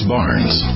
Barnes